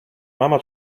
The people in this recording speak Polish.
mama